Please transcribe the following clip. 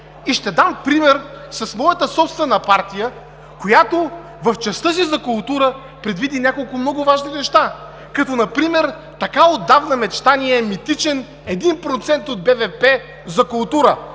Ще дам пример с моята собствена партия, която в частта си за култура предвиди няколко много важни неща, като например така отдавна мечтания митичен 1% от БВП за култура.